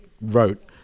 wrote